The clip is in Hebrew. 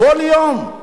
כל יום.